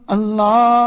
Allah